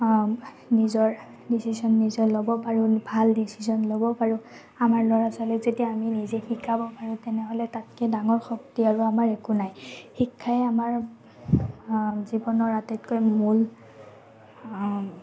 নিজৰ ডিচিশ্যন নিজে ল'ব পাৰোঁ ভাল ডিচিশ্যন ল'ব পাৰোঁ আমাৰ ল'ৰা ছোৱালীক যেতিয়া আমি নিজে শিকাব পাৰোঁ তেনেহ'লে তাতকৈ ডাঙৰ শক্তি আৰু একো নাই শিক্ষাই আমাৰ জীৱনৰ আটাইতকৈ মূল